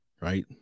right